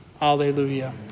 Alleluia